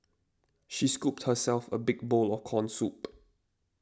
she scooped herself a big bowl of Corn Soup